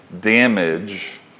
damage